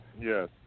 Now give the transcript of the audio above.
Yes